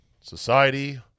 society